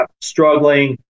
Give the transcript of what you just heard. struggling